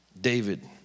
David